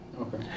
Okay